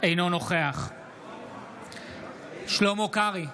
אינו נוכח שלמה קרעי,